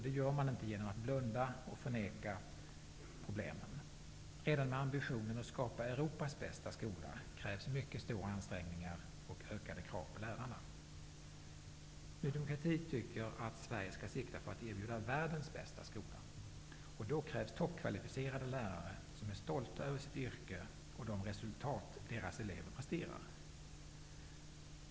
Det gör man inte genom att blunda och förneka problemen. Redan med ambitionen att skapa Europas bästa skola krävs mycket stora ansträngningar och ökade krav på lärarna. Ny demokrati tycker att Sverige skall sikta på att erbjuda världens bästa skola, och då krävs toppkvalificerade lärare som är stolta över sitt yrke och de resultat deras elever presterar.